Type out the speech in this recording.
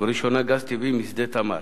ובראשונה גז טבעי משדה "תמר".